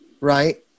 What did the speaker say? right